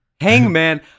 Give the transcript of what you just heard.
Hangman